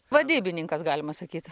vadybininkas galima sakyt